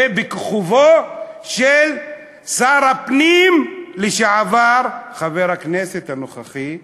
בכיכובו של שר הפנים לשעבר, חבר הכנסת הנוכחי,